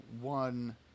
one